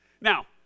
Now